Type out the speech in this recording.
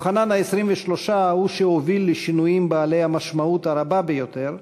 יוחנן ה-23 הוא שהוביל לשינויים בעלי המשמעות הרבה ביותר,